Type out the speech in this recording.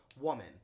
woman